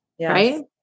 Right